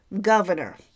governor